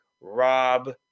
Rob